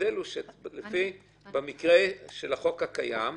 ההבדל הוא שבמקרה של החוק הקיים,